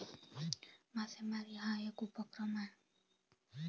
मासेमारी हा एक उपक्रम आहे